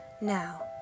Now